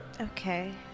Okay